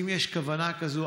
האם יש כוונה כזאת?